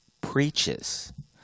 preaches